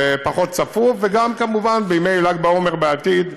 ופחות צפוף, וגם, כמובן, בימי ל"ג בעומר, בעתיד,